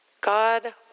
God